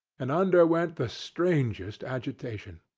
and underwent the strangest agitation.